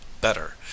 better